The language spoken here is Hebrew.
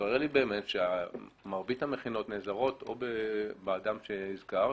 והתברר לי באמת שמרבית המכינות נעזרות או באדם שהזכרת